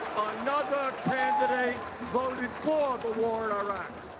another candidate voted for the war in iraq.